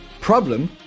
problem